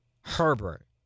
Herbert